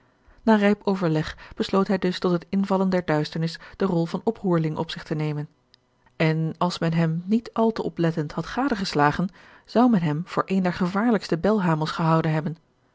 na rijp overleg besloot hij dus tot het invallen der duisternis de rol van oproerling op zich te nemen en als men hem niet al te oplettend had gadegeslagen zou men hem voor een der gevaarlijkste belhamels gehouden hebben